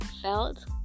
felt